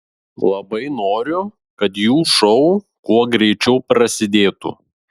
labai noriu kad jų šou kuo greičiau prasidėtų